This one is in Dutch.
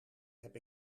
heb